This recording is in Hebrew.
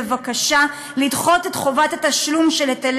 בבקשה לדחות את חובת התשלום של היטלי